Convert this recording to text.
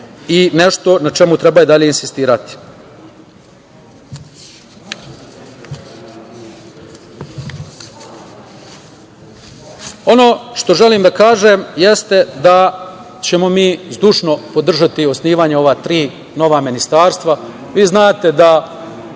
i nešto na čemu treba i dalje insistirati. Ono što želim da kažem jeste da ćemo zdušno podržati osnivanje ova tri ministarstva. Vi znate da